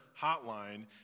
hotline